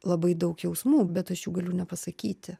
labai daug jausmų bet aš jų galiu nepasakyti